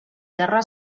terra